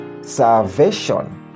Salvation